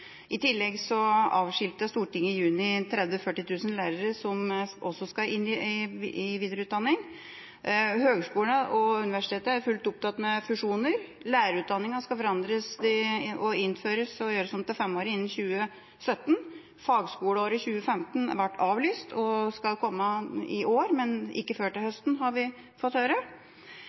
også skal inn i videreutdanning. Høyskoler og universiteter er fullt opptatt med fusjoner, og lærerutdanninga skal forandres og innføres og gjøres om til femårig utdanning innen 2017. Fagskoleåret 2015 ble avlyst og skal komme i år, men ikke før til høsten, har vi fått høre.